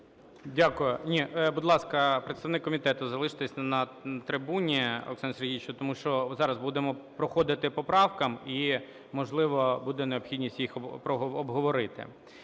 Дякую. Будь ласка, представник комітету, залиштесь на трибуні, Олександре Сергійовичу, тому що зараз будемо проходити по поправкам, і, можливо, буде необхідність їх обговорити.